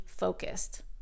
focused